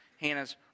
Hannah's